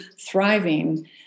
thriving